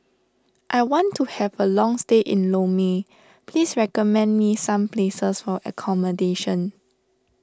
I want to have a long stay in Lome please recommend me some places for accommodation